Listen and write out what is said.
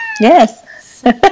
Yes